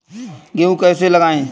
गेहूँ कैसे लगाएँ?